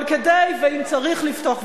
אבל אם צריך לפתוח,